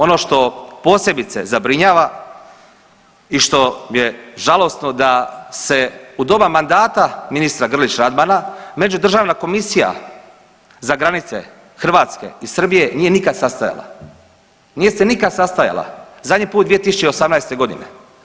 Ono što posebice zabrinjava i što je žalosno da se u doba mandata ministra Grlić Radmana međudržavna komisija za granice Hrvatske i Srbije nije nikad sastajala, nije se nikad sastajala, zadnji put 2018. godine.